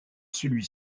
celui